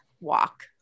walk